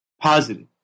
positive